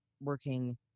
working